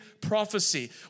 prophecy